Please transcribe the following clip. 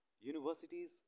Universities